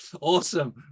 Awesome